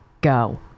go